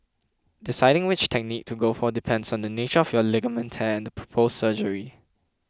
deciding which technique to go for depends on the nature of your ligament tear and the proposed surgery